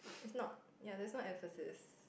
is not ya is not emphasis